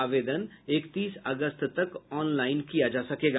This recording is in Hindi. आवेदन इकतीस अगस्त तक ऑनलाईन किया जा सकेगा